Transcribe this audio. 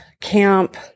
camp